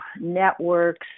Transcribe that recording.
networks